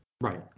Right